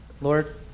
Lord